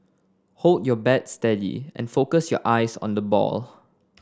hold your bat steady and focus your eyes on the ball